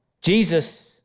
Jesus